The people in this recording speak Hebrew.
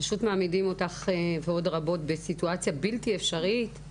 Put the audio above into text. פשוט מעמידים אותך ועוד רבות בסיטואציה בלתי אפשרית.